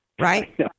right